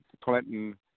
Clinton